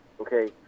Okay